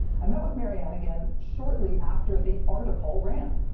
i met with maryanne again shortly after the article ran.